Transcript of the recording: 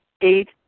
Eight